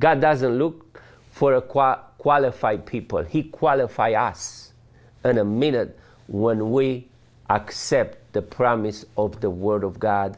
god doesn't look for a quite qualified people he qualify us in a minute when we accept the promise of the word of god